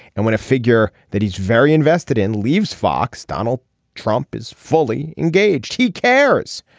and when a figure that he's very invested in leaves fox donald trump is fully engaged. he cares.